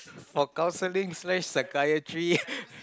for counselling slash psychiatry